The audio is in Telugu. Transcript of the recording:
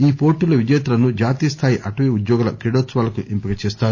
ఈ పోటీల్లో విజేతలను జాతీయ స్థాయి అటవీ ఉద్యోగుల క్రీడోత్సవాలకు ఎంపిక చేస్తారు